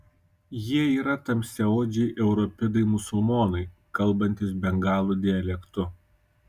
jie yra tamsiaodžiai europidai musulmonai kalbantys bengalų dialektu